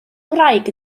ngwraig